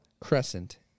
Crescent